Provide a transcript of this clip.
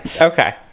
Okay